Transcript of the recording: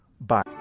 Bye